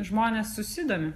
žmonės susidomi